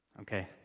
Okay